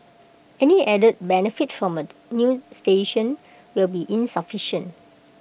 any added benefit from A new station will be insufficient